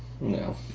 no